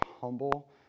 humble